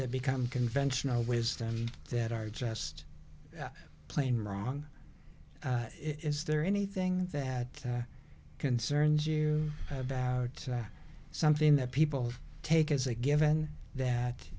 that become conventional wisdom that are just plain wrong is there anything that concerns you have out something that people take as a given that